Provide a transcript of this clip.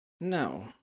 No